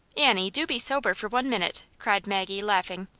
annie, do be sober for one minute, cried maggie, laughing.